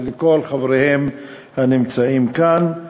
ולכל חבריהם הנמצאים כאן.